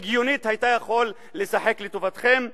הגיונית, היתה יכולה לשחק לטובתם.